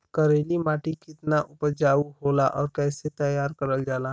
करेली माटी कितना उपजाऊ होला और कैसे तैयार करल जाला?